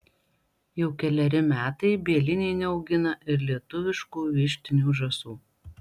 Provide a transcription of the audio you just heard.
jau keleri metai bieliniai neaugina ir lietuviškų vištinių žąsų